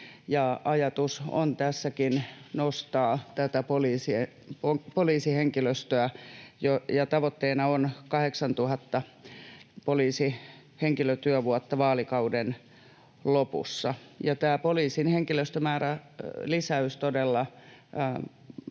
Ajatus on tässäkin nostaa poliisihenkilöstöä, ja tavoitteena on 8 000 poliisihenkilötyövuotta vaalikauden lopussa. Tämä poliisin henkilöstömäärän lisäys todella